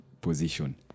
position